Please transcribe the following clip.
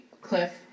Cliff